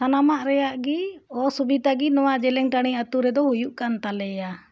ᱥᱟᱱᱟᱢᱟᱜ ᱨᱮᱭᱟᱜ ᱜᱮ ᱚᱥᱩᱵᱤᱫᱷᱟ ᱜᱮ ᱱᱚᱣᱟ ᱡᱮᱞᱮᱧ ᱴᱟᱺᱰᱤ ᱟᱛᱳ ᱨᱮᱫᱚ ᱦᱩᱭᱩᱜ ᱠᱟᱱ ᱛᱟᱞᱮᱭᱟ